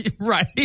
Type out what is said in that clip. Right